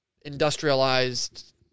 industrialized